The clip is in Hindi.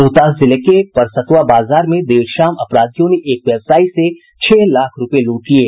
रोहतास जिले के परसतुआ बाजार में देर शाम अपराधियों ने एक व्यवसायी से छह लाख रूपये लूट लिये